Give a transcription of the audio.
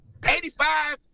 85